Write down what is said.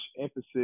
emphasis